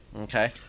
Okay